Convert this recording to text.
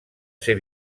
ser